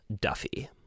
Duffy